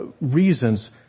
reasons